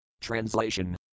Translation